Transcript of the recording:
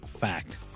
Fact